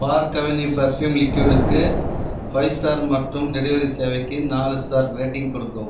park Avenue perfume லிக்யுடுக்கு five star மற்றும் delivery சேவைக்கு நாலு ஸ்டார் ரேட்டிங் கொடுக்கவும்